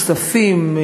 כספים,